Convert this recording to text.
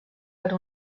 per